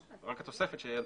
בסדר.